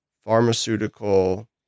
pharmaceutical